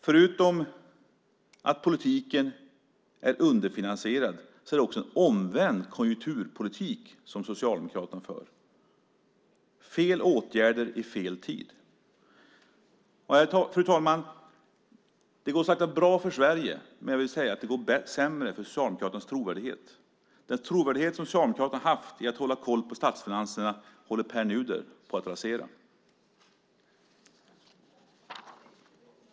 Förutom att politiken är underfinansierad är det också en omvänd konjunkturpolitik som Socialdemokraterna för. Det är fel åtgärder i fel tid. Fru talman! Det går bra för Sverige, men det går sämre för Socialdemokraternas trovärdighet. Den trovärdighet som Socialdemokraterna haft i att hålla koll på statsfinanserna håller Pär Nuder på att rasera.